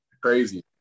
crazy